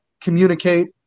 communicate